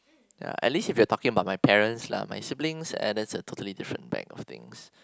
ya at least if you're talking about my parents lah my siblings eh that's a totally different bag of things